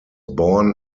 born